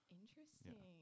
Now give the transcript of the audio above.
Interesting